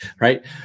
right